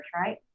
right